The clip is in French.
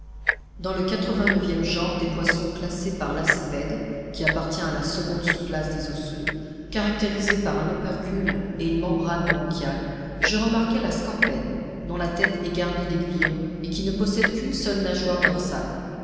dans le quatre vingt neuvième genre des poissons classés par lacépède qui appartient à la seconde sous classe des osseux caractérisés par un opercule et une membrane bronchiale je remarquai la scorpène dont la tête est garnie d'aiguillons et qui ne possède qu'une seule nageoire dorsale